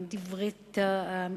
עם דברי טעם,